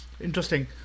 Interesting